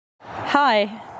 Hi